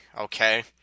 okay